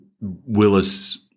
Willis